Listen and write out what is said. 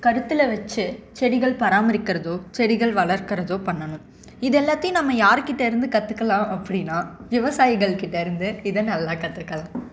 கருத்தில் வச்சு செடிகள் பராமரிக்கிறதோ செடிகள் வளர்க்குறதோ பண்ணணும் இது எல்லாத்தேயும் நம்ம யாருக்கிட்ட இருந்து கற்றுக்கலாம் அப்படின்னா விவசாயிகள்கிட்ட இருந்து இதை நல்லா கற்றுக்கலாம்